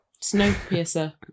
Snowpiercer